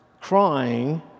crying